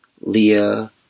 Leah